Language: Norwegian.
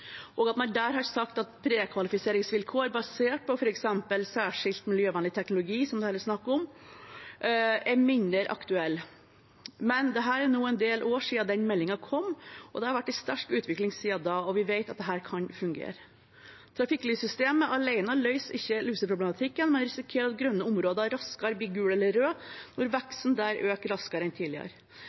og at man der har sagt at prekvalifiseringsvilkår basert på f.eks. særskilt miljøvennlig teknologi, som det her er snakk om, er mindre aktuelt. Men det er nå en del år siden den meldingen kom. Det har vært en sterk utvikling siden da, og vi vet at dette kan fungere. Trafikklyssystem alene løser ikke luseproblematikken, man risikerer at grønne områder raskere blir gule eller røde når veksten der øker raskere enn tidligere.